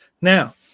Now